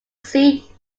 see